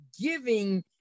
giving